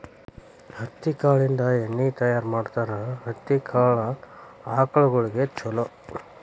ಹತ್ತಿ ಕಾಳಿಂದ ಎಣ್ಣಿ ತಯಾರ ಮಾಡ್ತಾರ ಹತ್ತಿ ಕಾಳ ಆಕಳಗೊಳಿಗೆ ಚುಲೊ